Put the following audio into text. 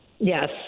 Yes